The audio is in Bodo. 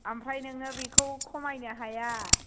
ओमफ्राय नोङो बेखौ खमायनो हाया